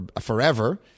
forever